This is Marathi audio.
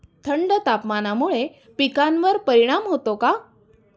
थंड तापमानामुळे पिकांवर परिणाम होतो का?